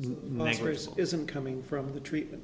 one reason isn't coming from the treatment